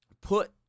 put